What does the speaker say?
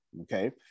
okay